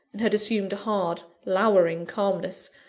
and had assumed a hard, lowering calmness,